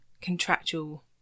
contractual